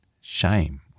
Shame